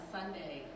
Sunday